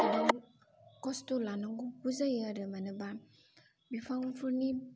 गोबां खस्थ' लानांगौबो जायो आरो मानोना बिफांफोरनि